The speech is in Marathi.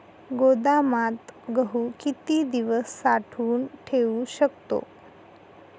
गोदामात गहू किती दिवस साठवून ठेवू शकतो?